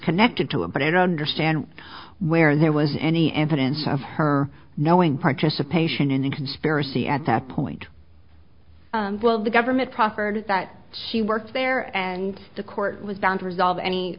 connected to him but i don't understand where there was any evidence of her knowing participation in the conspiracy at that point well the government proffered that she worked there and the court was bound to resolve any